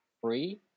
free